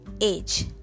age